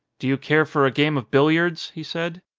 do you care for a game of billiards? he said.